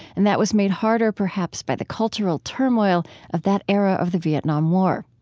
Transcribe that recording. and that was made harder perhaps by the cultural turmoil of that era of the vietnam war.